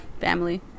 family